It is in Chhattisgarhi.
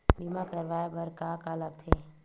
बीमा करवाय बर का का लगथे?